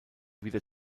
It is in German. wieder